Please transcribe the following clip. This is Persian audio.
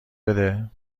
بده